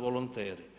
volonteri?